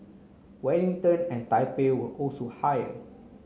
Wellington and Taipei were also higher